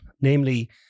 namely